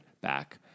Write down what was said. back